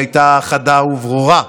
והיא הייתה חדה וברורה.